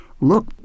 Look